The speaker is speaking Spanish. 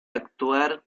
actuar